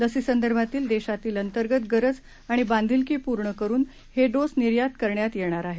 लर्सीसंदर्भातील देशातील अंतर्गत गरज आणि बांधिलकीपूर्ण करुन हे डोस निर्यात करण्यात येणार आहे